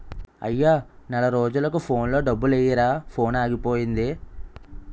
అయ్యా నెల రోజులకు ఫోన్లో డబ్బులెయ్యిరా ఫోనాగిపోయింది